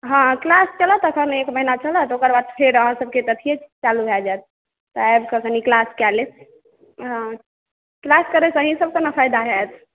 हँ क्लास चलत अखन एक महीना चलत ओकरबाद फेर अहाँसबके त अथीये चालू भए जायत तऽ आबि कऽ कनी क्लास कए लेब हँ क्लास करय सँ अहींसबके ने फायदा होयत